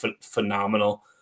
phenomenal